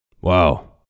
Wow